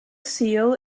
seal